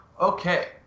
Okay